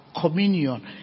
communion